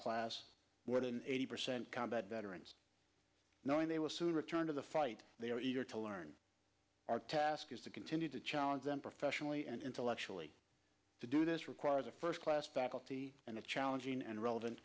class what an eighty percent combat veterans knowing they will soon return to the fight to learn our task is to continue to challenge them professionally and intellectually to do this requires a first class faculty and a challenging and relevant